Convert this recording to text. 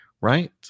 right